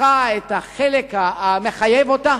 לקחה את החלק המחייב אותה,